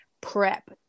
prep